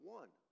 one